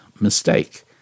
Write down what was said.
mistake